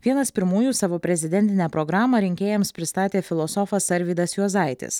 vienas pirmųjų savo prezidentinę programą rinkėjams pristatė filosofas arvydas juozaitis